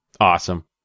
Awesome